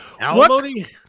Alimony